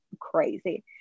crazy